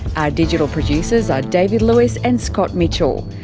our digital producers are david lewis and scott mitchell.